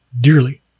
dearly